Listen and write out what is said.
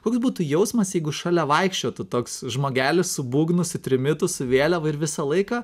koks būtų jausmas jeigu šalia vaikščiotų toks žmogelis su būgnu su trimitu su vėliava ir visą laiką